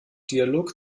dialog